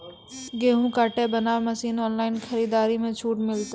गेहूँ काटे बना मसीन ऑनलाइन खरीदारी मे छूट मिलता?